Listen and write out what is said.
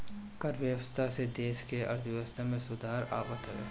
कर व्यवस्था से देस के अर्थव्यवस्था में सुधार आवत हवे